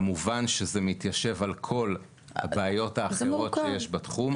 כמובן שזה מתיישב על כל הבעיות האחרות שיש בתחום הזה.